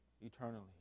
eternally